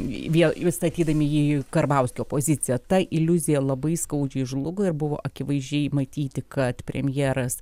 vėl įstatydami jį į karbauskio poziciją ta iliuzija labai skaudžiai žlugo ir buvo akivaizdžiai matyti kad premjeras